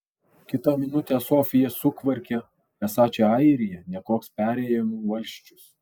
kitą minutę sofija sukvarkia esą čia airija ne koks perėjūnų valsčius